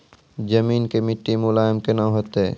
जमीन के मिट्टी मुलायम केना होतै?